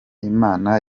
imana